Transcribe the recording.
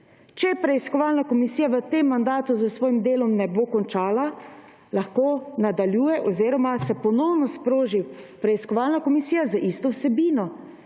je preiskovalna komisija v tem mandatu s svojim delom ne bo končala, lahko nadaljuje oziroma se ponovno sproži preiskovalna komisija z isto vsebino.